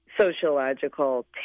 sociological